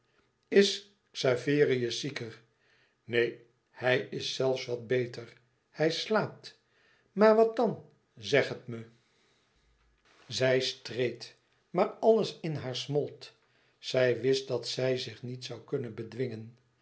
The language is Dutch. is xaverius zieker neen hij is zelfs wat beter hij slaapt maar wat dan zeg het me zij streed maar alles in haar smolt zij wist dat zij zich niet zoû kunnen bedwingen